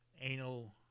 anal